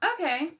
okay